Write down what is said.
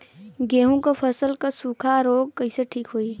गेहूँक फसल क सूखा ऱोग कईसे ठीक होई?